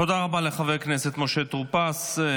תודה רבה לחבר הכנסת משה טור פז.